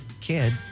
kid